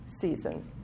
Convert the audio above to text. season